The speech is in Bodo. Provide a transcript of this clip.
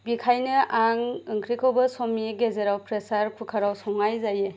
बिखायनो आं ओंख्रिखौबो समनि गेजेराव प्रेसार कुकाराव संनाय जायो